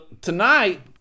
tonight